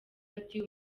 ati